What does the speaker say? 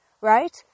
right